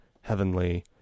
heavenly